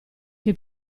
che